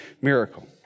miracle